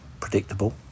Predictable